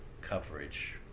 coverage